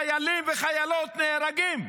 חיילים וחיילות נהרגים.